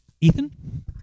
Ethan